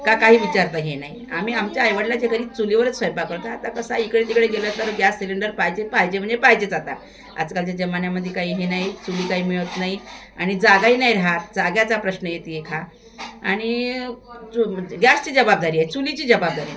का काही विचारता हे नाही आम्ही आमच्या आईडलाच्या घरी चुलीवरच स्वयंपाक करत होतो आता कसं आहे इकडे तिकडे गेलं तर गॅस सिलेंडर पाहिजे पाहिजे म्हणजे पाहिजेच आता आजकालच्या जमान्यामध्ये काही हे नाही चुली काही मिळत नाही आणि जागाही ना नाही राहात जाग्याचा प्रश्न आहे येते ए हा आणि चु गॅसची जबाबदारी आहे चुलीची जबाबदारी नाही